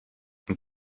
und